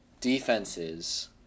defenses